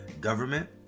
government